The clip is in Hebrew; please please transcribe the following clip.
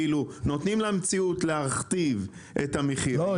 נותנים למציאות להכתיב את המחיר --- לא,